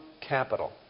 capital